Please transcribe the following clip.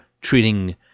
treating